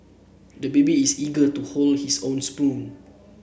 the baby is eager to hold his own spoon